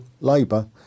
Labour